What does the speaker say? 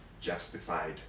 justified